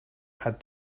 had